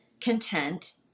content